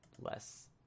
less